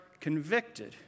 convicted